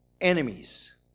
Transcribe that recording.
enemies